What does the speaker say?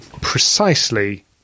precisely